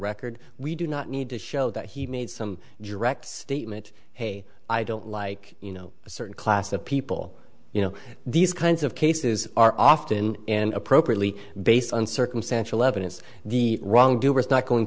record we do not need to show that he made some direct statement hey i don't like you know a certain class of people you know these kinds of cases are often and appropriately based on circumstantial evidence the wrongdo